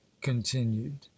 continued